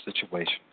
situation